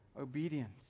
obedience